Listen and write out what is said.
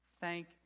Thank